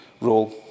role